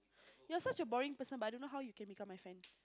you're such a boring person but I don't know how you can become my friend